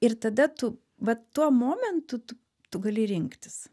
ir tada tu va tuo momentu tu tu gali rinktis